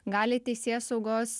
gali teisėsaugos